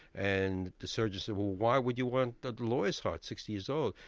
and the surgeon said, well why would you want the lawyer's heart, sixty years old?